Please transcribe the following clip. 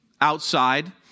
outside